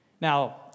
Now